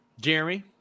jeremy